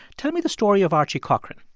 tell me the story of archie cochrane